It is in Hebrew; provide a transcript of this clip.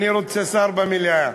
אני רוצה שר במליאה.